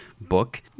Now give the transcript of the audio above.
book